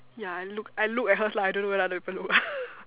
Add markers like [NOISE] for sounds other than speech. ya look I look at hers lah I don't know whether other people look [LAUGHS]